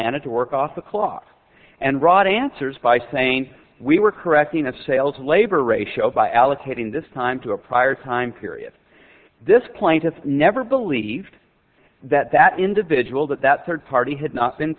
anna to work off the clock and right answers by saying we were correcting a sale to labor ratio by allocating this time to a prior time period this plaintiff never believed that that individual that that third party had not been